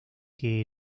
que